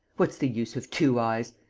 what's the use of two eyes?